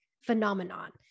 phenomenon